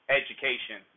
education